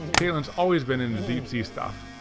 katelyn's always been into deep sea stuff.